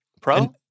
Pro